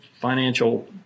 financial